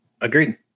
Agreed